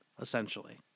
essentially